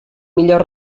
millor